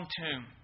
tomb